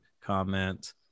comment